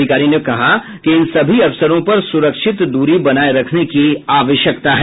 अधिकारी ने बताया कि इन सभी अवसरों पर सुरक्षित दूरी बनाए रखने की आवश्यकता है